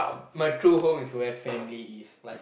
my true home is where family is like